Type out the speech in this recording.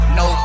no